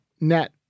net